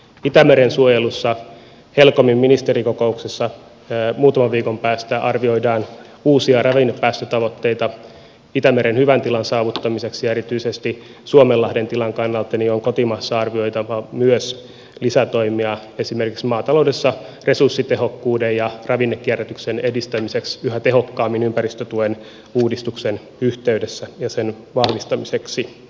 itämeren suojelussa helcomin ministerikokouksessa muutaman viikon päästä arvioidaan uusia ravinnepäästötavoitteita itämeren hyvän tilan saavuttamiseksi ja erityisesti suomenlahden tilan kannalta on kotimaassa arvioitava myös lisätoimia esimerkiksi maataloudessa resurssitehokkuuden ja ravinnekierrätyksen edistämiseksi yhä tehokkaammin ympäristötuen uudistuksen yhteydessä ja sen vahvistamiseksi